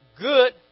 good